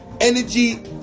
energy